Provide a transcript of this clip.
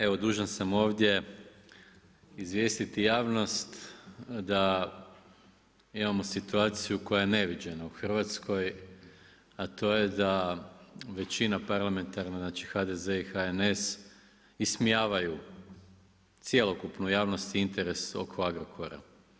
Evo dužan sam ovdje izvijestiti javnost da imamo situaciju koja je neviđena u Hrvatskoj a to je da većina parlamenta, znači HDZ i HNS ismijavaju cjelokupnu javnost i interes oko Agrokora.